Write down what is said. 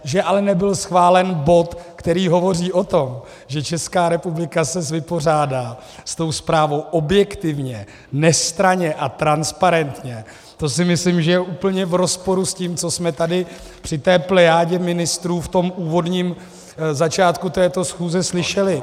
Že ale nebyl schválen bod, který hovoří o tom, že Česká republika se vypořádá s tou zprávou objektivně, nestranně a transparentně, to si myslím, že je úplně v rozporu s tím, co jsme tady v té plejádě ministrů v úvodním začátku této schůze slyšeli.